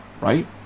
right